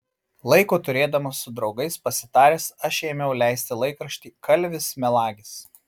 laiko turėdamas su draugais pasitaręs aš ėmiau leisti laikraštį kalvis melagis